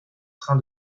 train